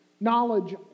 knowledge